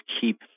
keep